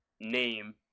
name